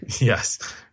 Yes